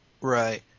Right